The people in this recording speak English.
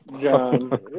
John